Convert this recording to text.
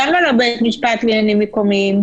20:02) למה לא בבית משפט לעניינים מקומיים?